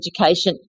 education